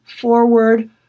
forward